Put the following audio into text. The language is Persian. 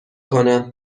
کنم